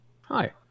Hi